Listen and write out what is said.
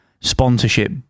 sponsorship